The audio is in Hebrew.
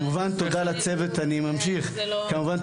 כמובן,